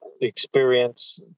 experience